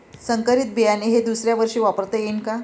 संकरीत बियाणे हे दुसऱ्यावर्षी वापरता येईन का?